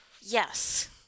Yes